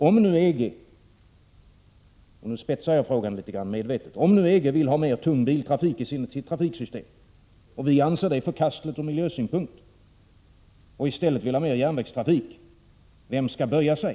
Om nu EG - jag spetsar frågan medvetet — vill ha mer tung biltrafik i sitt trafiksystem och vi anser det förkastligt ur miljösynpunkt och i stället vill ha mer järnvägstrafik, vem skall böja sig?